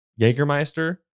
Jägermeister